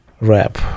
rap